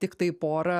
tiktai porą